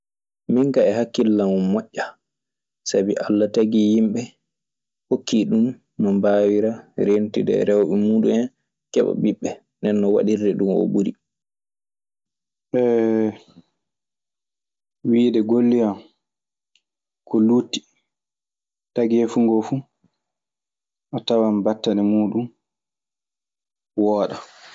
Min e hakillam o moja, sabi alla tagi yimɓe hoki ɗun no mbawira reentude e rewɓe mun, keɓa ɓiɓe, ndenon waɗirde ɗum ɓuri. wiyde golloyan ko lutti, tagefune fuu a tawan battane muɗum, woodaa.